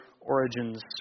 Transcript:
origins